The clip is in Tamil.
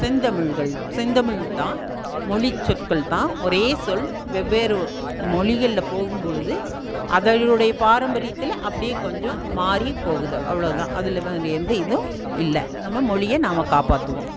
செந்தமிழ்கள் செந்தமிழ் தான் மொழிச்சொற்கள் தான் ஒரே சொல் வெவ்வேறு மொழிகளில் போகும்பொழுது அதைனுடைய பாரம்பரியத்துல அப்படியே கொஞ்சம் மாறி போகுது அவ்வளோதான் அதில் வந் எந்த இதுவும் இல்லை நம்ம மொழியை நாம் காப்பாற்றுவோம்